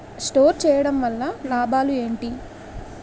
Store చేయడం వల్ల లాభాలు ఏంటి?